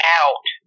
out